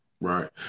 Right